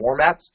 formats